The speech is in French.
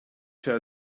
fait